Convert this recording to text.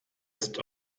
ist